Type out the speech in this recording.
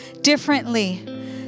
differently